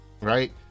Right